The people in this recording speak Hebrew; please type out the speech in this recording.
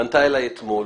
פנתה אלי אתמול